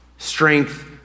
Strength